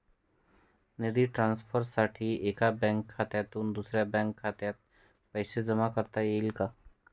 निधी ट्रान्सफरसाठी एका बँक खात्यातून दुसऱ्या बँक खात्यात पैसे जमा करता येतील का?